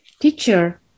Teacher